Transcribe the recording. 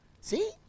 See